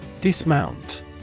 Dismount